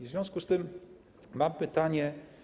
W związku z tym mam pytanie.